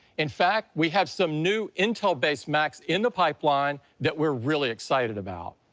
in fact, we have some new intel-based macs in the pipeline that we're really excited about.